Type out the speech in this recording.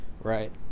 Right